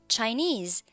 Chinese